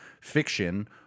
fiction